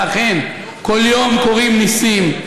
ואכן, כל יום קורים ניסים.